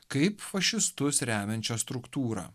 kaip fašistus remiančią struktūrą